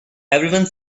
everyone